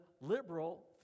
liberal